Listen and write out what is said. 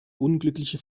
unglückliche